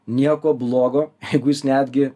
nieko blogo jeigu jūs netgi